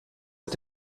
est